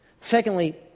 Secondly